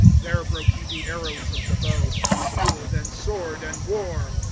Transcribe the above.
there broke he the arrows of the bow, shield, and sword, and war.